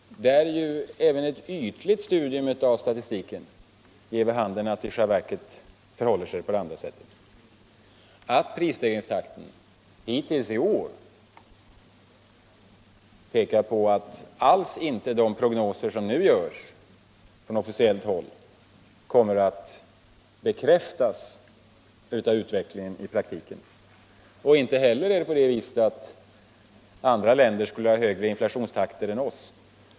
Även ett ytligt studium av statistiken ger dock vid handen att det i själva verket förhåller sig tvärtom. Prisstegringstakten hittills i år pekar på att de prognoser som nu görs från officiellt håll alls inte kommer att bekräftas av utvecklingen. Inte heller är det på det sättet att andra länder har en högre inflationstakt än vi.